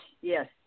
yes